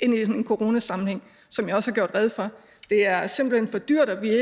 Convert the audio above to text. ind i en coronasammenhæng, som jeg også har gjort rede for. Det er simpelt hen for dyrt, og vi er